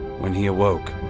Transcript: when he awoke,